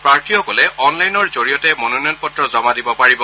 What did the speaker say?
প্ৰাৰ্থীসকলে অনলাইনৰ জৰিয়তে মনোনয়নপত্ৰ জমা দিব পাৰিব